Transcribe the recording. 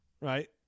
right